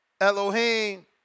Elohim